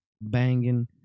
banging